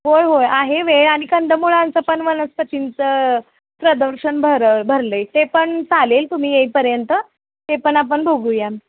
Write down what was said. होय होय आहे वेळ आणि कंदमुळांचं पण वनस्पतींचं प्रदर्शन भरं भरलं आहे ते पण चालेल तुम्ही येईपर्यंत ते पण आपण बघूया